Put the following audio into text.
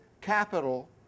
capital